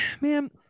man